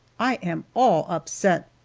i am all upset!